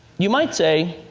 you might say,